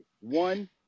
one